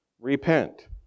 repent